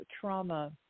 trauma